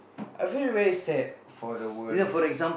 I feel very sad for the world